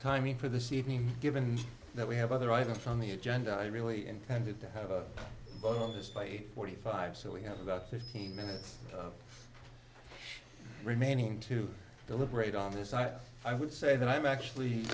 timing for this evening given that we have other items on the agenda i really intended to have a vote on this by eight forty five so we have about fifteen minutes remaining to deliberate on this i i would say that i'm actually